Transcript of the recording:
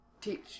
teach